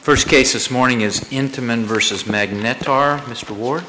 first case this morning is into men versus magneto our mr war